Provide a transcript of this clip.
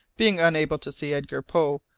being unable to see edgar poe,